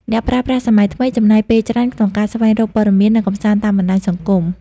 អ្នកប្រើប្រាស់សម័យថ្មីចំណាយពេលច្រើនក្នុងការស្វែងរកព័ត៌មាន និងកម្សាន្តតាមបណ្ដាញសង្គម។